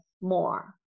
more